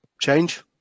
change